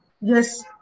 Yes